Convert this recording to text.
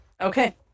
Okay